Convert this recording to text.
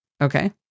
Okay